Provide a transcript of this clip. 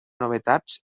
novetats